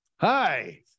hi